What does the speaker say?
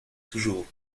toujours